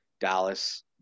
Dallas